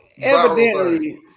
evidently